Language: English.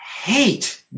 hate